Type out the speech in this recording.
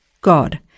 God